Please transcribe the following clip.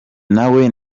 nawe